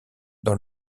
dans